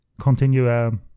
continue